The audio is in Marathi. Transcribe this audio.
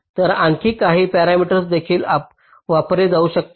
तर आणखी काही पॅरामीटर्स देखील वापरली जाऊ शकतात